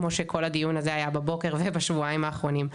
כמו שכל הדיון היה בבוקר ובשבועיים האחרונים.